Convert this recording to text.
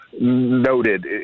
noted